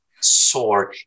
sword